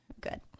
Good